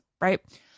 right